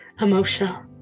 emotional